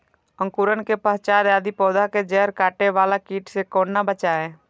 अंकुरण के पश्चात यदि पोधा के जैड़ काटे बाला कीट से कोना बचाया?